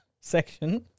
section